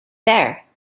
there